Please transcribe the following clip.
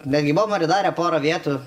netgi buvom atidarę porą vietų